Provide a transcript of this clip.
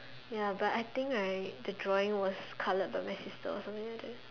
ya but I think right the drawing was coloured by my sister or something like that